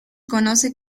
conoce